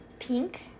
Pink